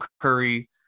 Curry